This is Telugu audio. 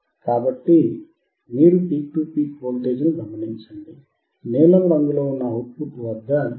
కాబట్టి మీరు పీక్ టు పీక్ వోల్టేజ్ను గమనించండినీలం రంగులో ఉన్న అవుట్ పుట్ వద్ద ఇది 3